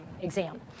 exam